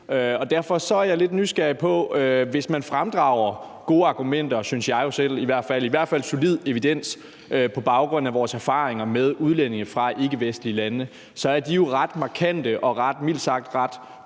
og derfor er jeg blevet lidt nysgerrig. Man kan fremdrage gode argumenter, synes jeg jo selv, og i hvert fald solid evidens for, at vores erfaringer med udlændinge fra ikkevestlige lande er ret markante og mildt sagt ret